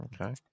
okay